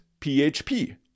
PHP